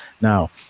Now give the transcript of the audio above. now